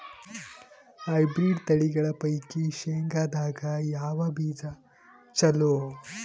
Hybrid ತಳಿಗಳ ಪೈಕಿ ಶೇಂಗದಾಗ ಯಾವ ಬೀಜ ಚಲೋ?